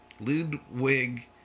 Ludwig